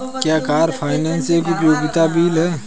क्या car finance एक उपयोगिता बिल है?